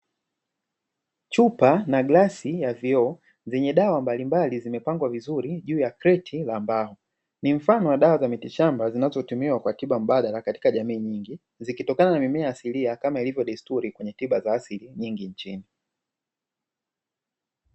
Chupa na glasi ya vioo zenye dawa mbalimbali zimepangwa vizuri juu ya kreti la mbao, ni mfano wa dawa za miti shamba zinazotumiwa kwa tiba mbadala katika jamii nyingi, zikitokana na mimea asilia kama ilivyo desturi kwenye tiba za asili nyingi nchini.